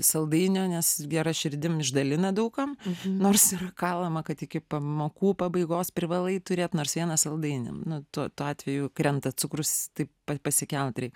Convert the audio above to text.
saldainio nes gera širdim išdalina daug kam nors yra kalama kad iki pamokų pabaigos privalai turėt nors vieną saldainį nu to tuo atveju krenta cukrus taip pa pasikelt reik